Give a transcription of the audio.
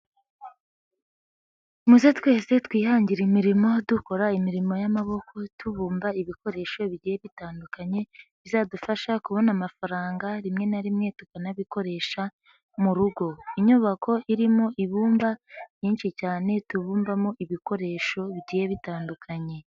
Muze twese twihangire imirimo dukora imirimo y'amaboko tubumba ibikoresho bigiye bitandukanye bizadufasha kubona amafaranga rimwe na rimwe tukanabikoresha mu rugo. Inyubako irimo ibumba nyinshi cyane tubumbamo ibikoresho bigiye bitandukanye.